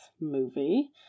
movie